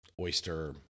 Oyster